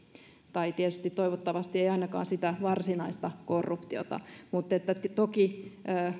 tietysti toivottavasti ei ole ainakaan sitä varsinaista korruptiota mutta toki